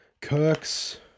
Kirk's